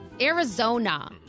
Arizona